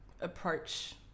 approach